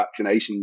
vaccinations